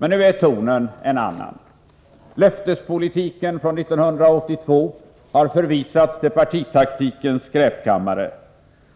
Men nu är tonen en annan: löftespolitiken från 1982 har förvisats till partitaktikens skräpkammare,